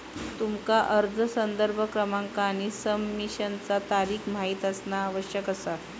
तुमका अर्ज संदर्भ क्रमांक आणि सबमिशनचा तारीख माहित असणा आवश्यक असा